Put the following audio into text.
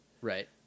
Right